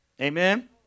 Amen